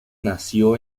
nació